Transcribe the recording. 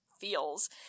feels